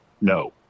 no